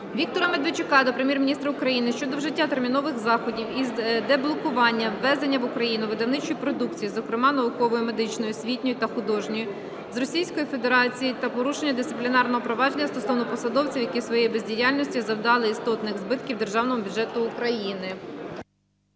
Віктора Медведчука до Прем'єр-міністра України щодо вжиття термінових заходів із деблокування ввезення в Україну видавничої продукції, зокрема наукової медичної, освітньої та художньої з Російської Федерації та порушення дисциплінарного провадження стосовно посадовців, які своєю бездіяльністю завдали істотних збитків Державному бюджету України.